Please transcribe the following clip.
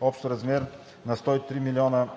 общ размер на 103 млн. лв.